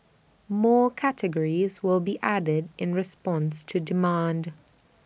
more categories will be added in response to demand